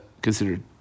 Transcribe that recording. considered